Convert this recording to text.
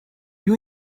you